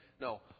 No